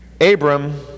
Abram